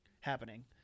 happening